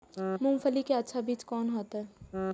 मूंगफली के अच्छा बीज कोन होते?